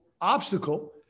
obstacle